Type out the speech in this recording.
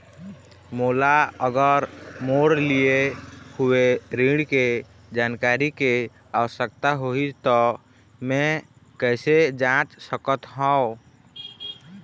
मोला अगर मोर लिए हुए ऋण के जानकारी के आवश्यकता होगी त मैं कैसे जांच सकत हव?